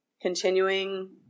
continuing